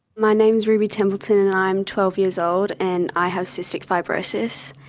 my name is ruby templeton and i'm twelve years old and i have cystic fibrosis.